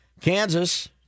Kansas